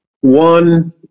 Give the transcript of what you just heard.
One